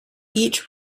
each